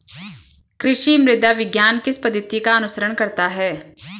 कृषि मृदा विज्ञान किस पद्धति का अनुसरण करता है?